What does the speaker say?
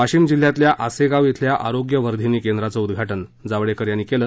वाशिम जिल्ह्यातल्या आसेगाव खिल्या आरोग्य वर्धिनी केंद्राचं उद्घाटन जावडेकर यांनी केलं